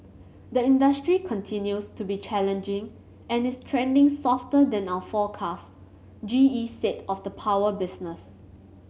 the industry continues to be challenging and is trending softer than our forecast G E said of the power business